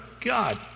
God